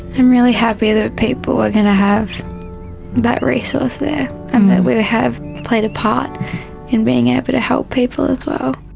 i'm really happy that people are going to have that resource there and that we have played a part in being able to help people as well.